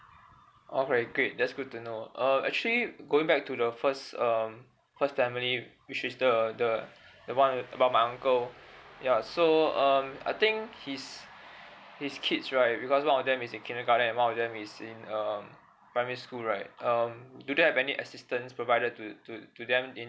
alright great that's good to know uh actually going back to the first um first family which is the the the one about my uncle ya so um I think his his kids right because one of them is in kindergarten and one of them is in um primary school right um do they have any assistance provided to to to them in